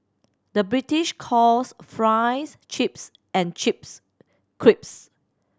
the British calls fries chips and chips crisps